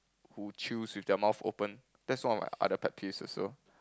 who chews with their mouths open that's one of my other pet peeves also